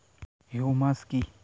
Humus কি?